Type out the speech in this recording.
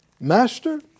Master